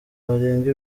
barenga